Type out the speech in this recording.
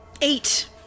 Eight